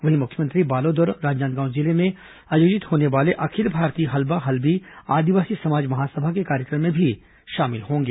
वहीं मुख्यमंत्री बालोद और राजनांदगांव जिले में आयोजित होने वाले अखिल भारतीय हल्बा हल्बी आदिवासी समाज महासभा के कार्यक्रम में भी शामिल होंगे